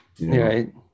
Right